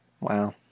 wow